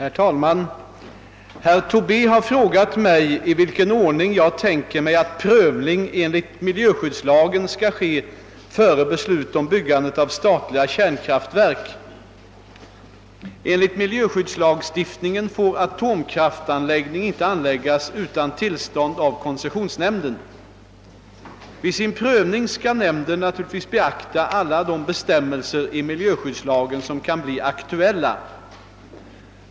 Herr talman! Herr Tobé har frågat mig i vilken ordning jag tänker mig att prövning enligt miljöskyddslagen skall ske före beslut om byggande av statliga kärnkraftverk. Enligt miljöskyddslagstiftningen får atomkraftanläggning inte anläggas utan tillstånd av koncessionsnämnden. Vid sin prövning skall nämnden naturligtvis beakta alla de bestämmelser i miljöskyddslagen som kan bli aktuella.